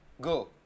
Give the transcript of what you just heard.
Go